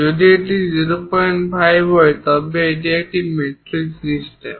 যদি এটি 050 হয় তবে এটি একটি মেট্রিক সিস্টেম